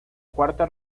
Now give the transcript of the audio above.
cuarta